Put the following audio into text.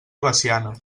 veciana